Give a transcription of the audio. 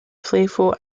playful